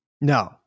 No